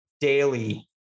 daily